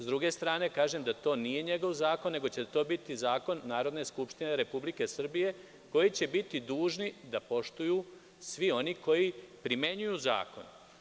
S druge strane, kažem da to nije njegov zakon, nego će to biti zakon Narodne skupštine Republike Srbije, koji će biti dužni da poštuju svi oni koji primenjuju zakon.